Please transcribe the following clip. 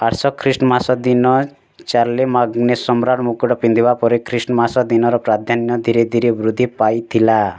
ଆଠଶହ ଖ୍ରୀଷ୍ଟମାସ ଦିନ ଚାର୍ଲେମାଗ୍ନେ ସମ୍ରାଟ୍ ମୁକୁଟ ପିନ୍ଧିବା ପରେ ଖ୍ରୀଷ୍ଟମାସ ଦିନର ପ୍ରାଧାନ୍ୟ ଧୀରେ ଧୀରେ ବୃଦ୍ଧି ପାଇଥିଲା